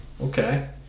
Okay